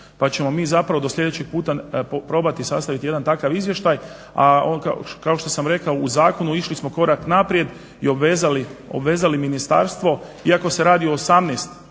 pa ćemo mi do sljedećeg puta probati sastaviti jedan takav izvještaj, a kao što sam rekao u zakonu išli smo korak naprijed i obvezali Ministarstvo iako se radi o 18